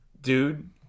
dude